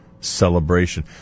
celebration